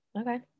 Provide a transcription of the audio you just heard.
Okay